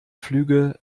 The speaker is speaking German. flüge